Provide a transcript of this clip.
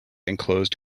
enclosed